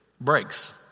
breaks